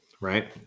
right